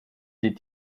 die